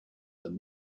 them